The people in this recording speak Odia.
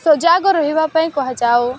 ସଜାଗ ରହିବା ପାଇଁ କୁହାଯାଉ